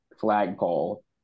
flagpole